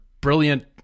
brilliant